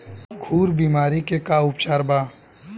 खुर बीमारी के का उपचार बा?